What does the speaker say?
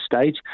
stage